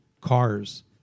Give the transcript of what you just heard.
cars